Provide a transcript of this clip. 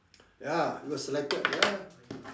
ya it was selected ya